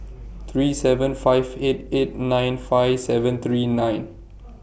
three seven five eight eight nine five seven three nine